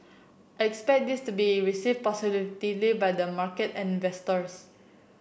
I expect this to be receive positively by the market and